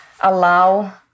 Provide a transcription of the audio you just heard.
allow